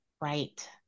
right